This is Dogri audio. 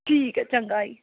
ठीक ऐ चंगा